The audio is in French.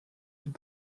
une